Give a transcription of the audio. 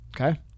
Okay